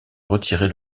retirer